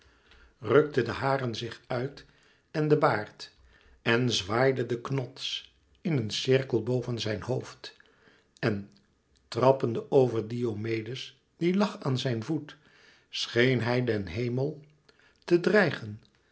rukte de haren zich uit en den baard en zwaaide den knots in een cirkel boven zijn hoofd en trappende over diomedes die lag aan zijn voet scheen hij den hemel te dreigen